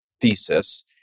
thesis